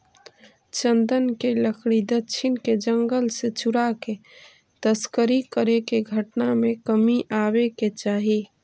चन्दन के लकड़ी दक्षिण के जंगल से चुराके तस्करी करे के घटना में कमी आवे के चाहि